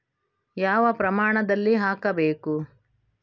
ಯಾವ ಪ್ರಮಾಣದಲ್ಲಿ ಹಾಕಬೇಕು?